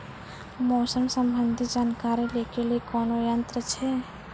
मौसम संबंधी जानकारी ले के लिए कोनोर यन्त्र छ?